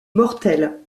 mortelle